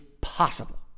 possible